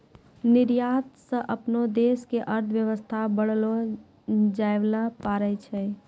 निर्यात स अपनो देश के अर्थव्यवस्था बढ़ैलो जाबैल पारै छै